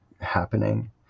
happening